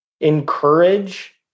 Encourage